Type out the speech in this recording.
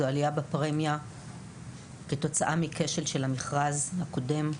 העלייה בפרמיה כתוצאה מהכשל של המכרז הקודם.